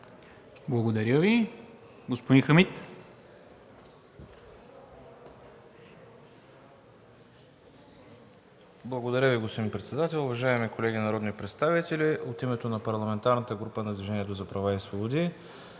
Благодаря Ви. Господин Хамид. ХАМИД ХАМИД (ДПС): Благодаря Ви, господин Председател. Уважаеми колеги народни представители, от името на парламентарната група на „Движение за права и свободи“